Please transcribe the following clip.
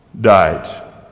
died